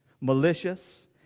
malicious